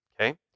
Okay